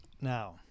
Now